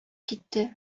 китте